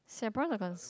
Singaporeans are